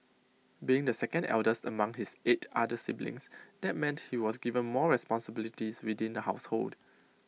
being the second eldest among his eight other siblings that meant he was given more responsibilities within the household